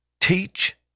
teach